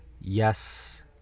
Yes